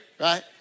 right